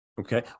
Okay